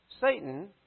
Satan